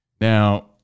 Now